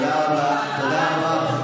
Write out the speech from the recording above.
תודה רבה,